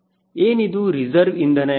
ಏನಿದು ರಿಸರ್ವ್ ಇಂಧನ ಎಂದರೆ